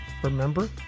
Remember